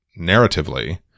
narratively